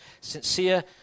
sincere